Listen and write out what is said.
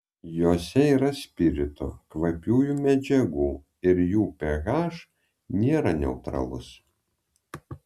jose yra spirito kvapiųjų medžiagų ir jų ph nėra neutralus